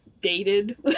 dated